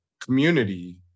community